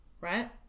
right